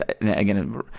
again